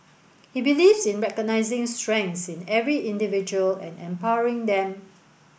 he believes in recognising strengths in every individual and empowering them